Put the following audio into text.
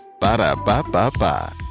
Ba-da-ba-ba-ba